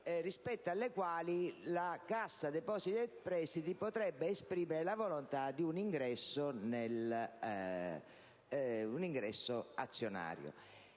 rispetto alle quali la Cassa depositi e prestiti potrebbe esprimere la volontà di un ingresso azionario.